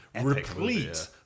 replete